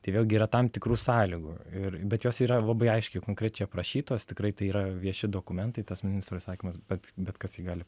tai vėlgi yra tam tikrų sąlygų ir bet jos yra labai aiškiai konkrečiai aprašytos tikrai tai yra vieši dokumentai tas ministro įsakymas bet bet kas jį gali